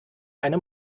eine